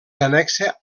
annexa